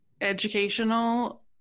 educational